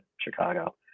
Chicago